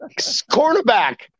cornerback